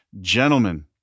Gentlemen